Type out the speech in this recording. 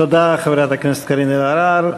תודה לחברת הכנסת קארין אלהרר.